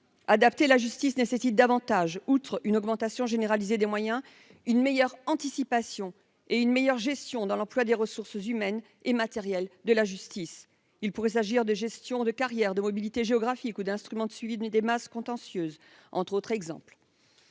adapter la justice nécessite davantage, outre une augmentation généralisée des moyens, une meilleure anticipation et une meilleure gestion dans l'emploi des ressources humaines et matérielles de la justice, il pourrait s'agir de gestion de carrière de mobilité géographique ou d'instruments de suivi des des masses contentieuse, entre autres exemples,